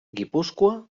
guipúscoa